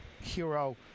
hero